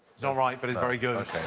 so right, but it's very good.